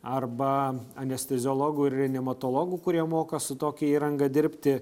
arba anesteziologų reanimatologų kurie moka su tokia įranga dirbti